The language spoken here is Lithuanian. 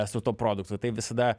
su tuo produktu tai visada